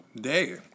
day